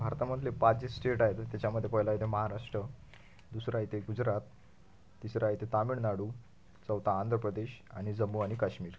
भारतामधले पाच जे स्टेट आहे तर त्याच्यामधे पहिला येतं महाराष्ट्र दुसरा येते गुजरात तिसरा येते तामिळनाडू चौथाआणि आंध्र प्रदेश आणि जम्मू आणि काश्मिर